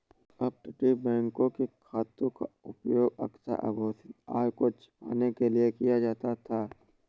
अपतटीय बैंकों के खातों का उपयोग अक्सर अघोषित आय को छिपाने के लिए किया जाता था